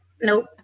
Nope